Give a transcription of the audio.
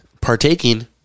partaking